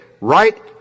right